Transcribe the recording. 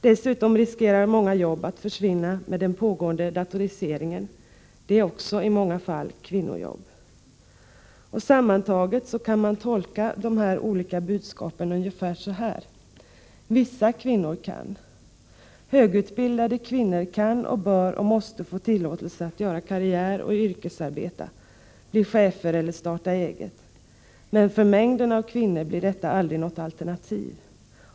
Dessutom riskerar många jobb att försvinna med den pågående datoriseringen. Det är också i många fall kvinnojobb. Sammantaget kan man tolka de här olika budskapen ungefär så här: Vissa kvinnor kan. Högutbildade kvinnor kan, bör och måste få tillåtelse att göra karriär och yrkesarbeta, bli chefer eller starta eget. Men för mängden av kvinnor blir detta aldrig något alternativ.